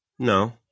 No